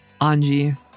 Anji